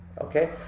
Okay